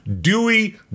Dewey